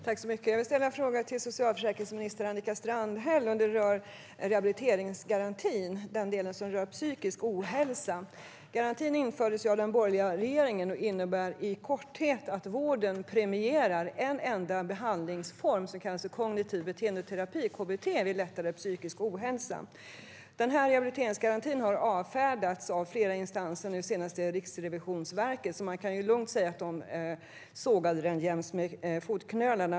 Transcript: Herr talman! Jag vill ställa en fråga till socialförsäkringsminister Annika Strandhäll, och den handlar om den del av rehabiliteringsgarantin som rör psykisk ohälsa. Garantin infördes av den borgerliga regeringen och innebär i korthet att vården premierar en enda behandlingsform vid lättare psykisk ohälsa - kognitiv beteendeterapi, KBT. Rehabiliteringsgarantin har avfärdats av flera instanser, nu senast Riksrevisionsverket, och man kan lugnt säga att den har sågats jäms med fotknölarna.